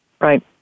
Right